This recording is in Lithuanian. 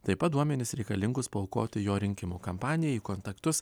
taip pat duomenis reikalingus paaukoti jo rinkimų kampanijai kontaktus